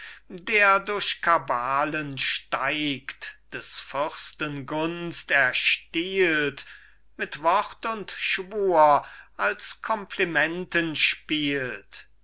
der durch kabalen steigt des fürsten gunst erstiehlt mit wort und schwur als komplimenten spielt